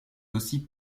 aussi